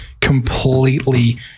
completely